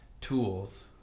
tools